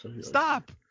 Stop